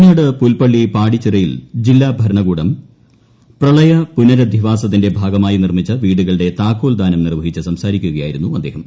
വയനാട് പുൽപ്പള്ളി പാടിച്ചിറയിൽ ജില്ലാ ഭരണകൂടം പ്രളയ പുനരധിവാസത്തിന്റെ ഭാഗമായി നിർമ്മിച്ച വീടുകളുടെ താക്കോൽ ദാനം നിർവ്വഹിച്ച് സംസാരിക്കുകയായിരുന്നു അദ്ദേഹം